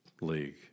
league